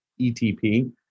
ETP